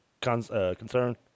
concern